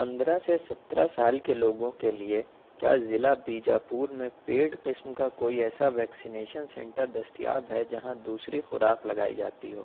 پندرہ سے سترہ سال کے لوگوں کے لیے کیا ضلع بیجاپورمیں پیڈ قسم کا کوئی ایسا ویکسینیشن سنٹر دستیاب ہے جہاں دوسری خوراک لگائی جاتی ہو